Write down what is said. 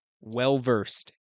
well-versed